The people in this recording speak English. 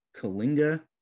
Kalinga